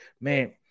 Man